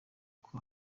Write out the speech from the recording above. uko